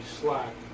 slack